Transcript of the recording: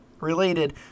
related